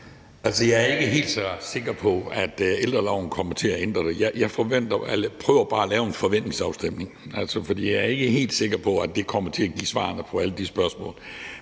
Jeg er ikke helt så sikker på, at ældreloven kommer til at ændre det. Jeg prøver bare at lave en forventningsafstemning, for jeg er ikke helt sikker på, at det kommer til at give svarene på alle de spørgsmål.